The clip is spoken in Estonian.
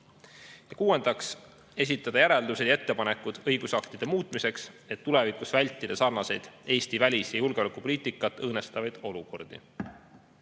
Ja kuuendaks esitada järeldused ja ettepanekud õigusaktide muutmiseks, et tulevikus vältida sarnaseid Eesti välis- ja julgeolekupoliitikat õõnestavaid olukordi.